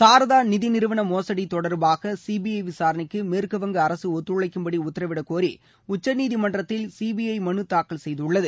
சாரதா நிதி நிறவன மோசடி தொடர்பாக சிபிற விசாரணைக்கு மேற்குவங்க அரசு ஒத்துழைக்கும்படி உத்தரவிடக்கோரி உச்சநீதிமன்றத்தில் சிபிஐ மனு தாக்கல் செய்துள்ளது